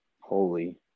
Holy